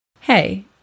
Hey